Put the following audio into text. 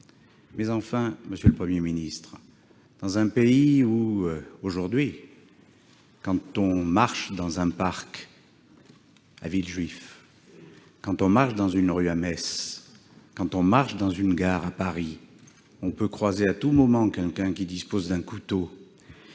Toutefois, monsieur le Premier ministre, dans un pays où, aujourd'hui, quand on marche dans un parc à Villejuif, dans une rue à Metz, dans une gare à Paris, on peut croiser à tout moment quelqu'un qui dispose d'un couteau